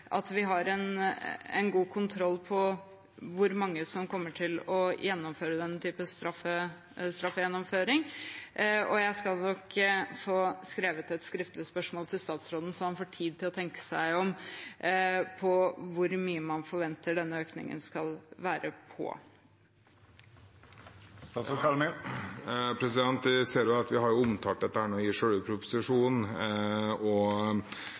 vi har god kontroll på hvor mange som kommer til å ha denne typen straffegjennomføring. Jeg skal få laget et skriftlig spørsmål til statsråden, slik at han får tid til å tenke seg om med hensyn til hvor mye man forventer at denne økningen skal være på. Jeg ser at vi har omtalt dette i selve proposisjonen, det står under kapittelet om administrative og